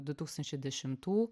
du tūkstančiai dešimtų